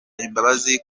imbabazi